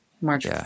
March